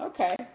Okay